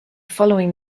following